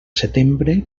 setembre